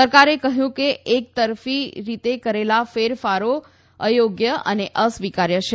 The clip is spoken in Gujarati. સરકારે કહ્યું કે એકતરફી રીતે કરેલા ફેરફારો અયોગ્ય અને અસ્વીકાર્ય છે